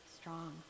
strong